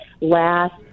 last